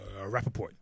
Rappaport